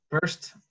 First